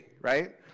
right